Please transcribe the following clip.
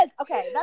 Okay